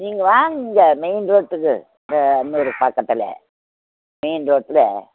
நீங்கள் வாங்க இங்கே மெயின் ரோட்டுக்கு இந்த பக்கத்தில் மெயின் ரோட்டில்